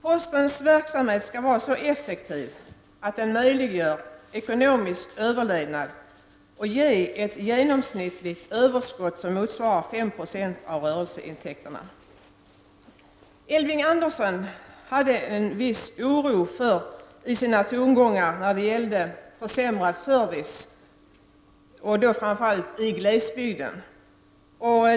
Postens verksamhet skall vara så effektiv att den möjliggör ekonomisk överlevnad och ger ett genomsnittligt överskott som motsvarar 5 20 av rörelseintäkterna. Elving Andersson tongångar innehåller en viss oro för försämrad service, framför allt i glesbygden.